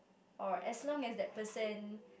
or as long as that person